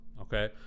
Okay